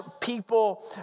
people